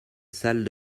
salles